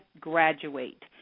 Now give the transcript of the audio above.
graduate